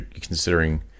considering